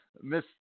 miss